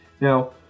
Now